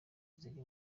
ziri